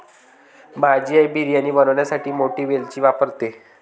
माझी आई बिर्याणी बनवण्यासाठी मोठी वेलची वापरते